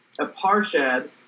Aparshad